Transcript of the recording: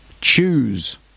Choose